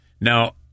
Now